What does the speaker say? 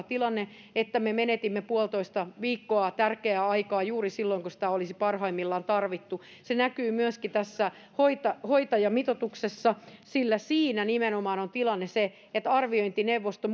tilanne kun me menetimme puolitoista viikkoa tärkeää aikaa juuri silloin kun sitä olisi parhaimmillaan tarvittu se näkyy myöskin tässä hoitajamitoituksessa sillä siinä nimenomaan on tilanne se että arviointineuvosto